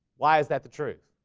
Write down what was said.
why is that the truth?